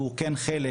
והוא כן חלק,